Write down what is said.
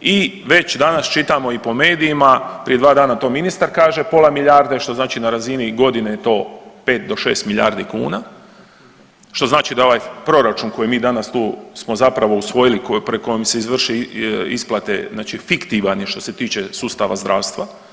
i već danas čitamo i po medijima, prije 2 dana to ministar kaže, pola milijarde, što znači na razini godine je to 5 do 6 milijardi kuna, što znači da ovaj proračun koji mi danas tu smo zapravo usvojili i koji preko vam se izvrše isplate znači fiktivan je što se tiče sustava zdravstva.